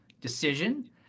decision